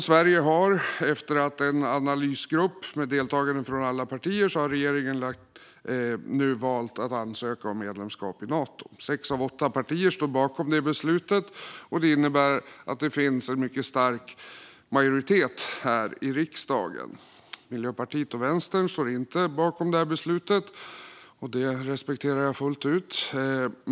Regeringen har nu, efter att en analys gjorts med deltagande från alla partier, valt att ansöka om medlemskap i Nato. Sex av åtta partier står bakom det beslutet, och det innebär att det finns en mycket stark majoritet här i riksdagen. Miljöpartiet och Vänstern står inte bakom det beslutet, och det respekterar jag fullt ut.